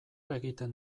egiten